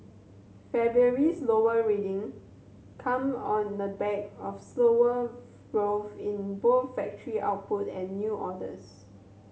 February's lower reading came on the back of slower growth in both factory output and new orders